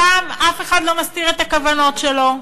הפעם אף אחד לא מסתיר את הכוונות שלו,